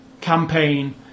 campaign